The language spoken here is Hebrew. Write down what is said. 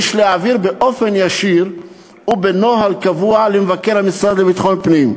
יש להעביר באופן ישיר ובנוהל קבוע למבקר המשרד לביטחון פנים.